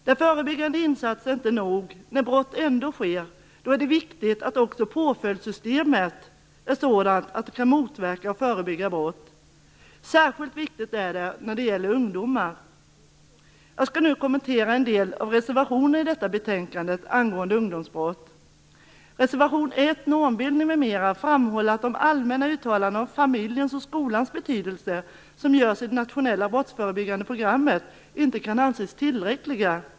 Där förebyggande insatser inte är nog - när brott ändå sker - är det viktigt att också påföljdssystemet är sådant att det kan motverka och förebygga brott. Särskilt viktigt är det när det gäller ungdomar. Jag skall nu kommentera en del av reservationerna i detta betänkande angående ungdomsbrott. I reservation 1 om normbildning m.m. framhålls att de allmänna uttalanden om familjens och skolans betydelse som görs i det nationella brottsförebyggande programmet inte kan anses tillräckliga.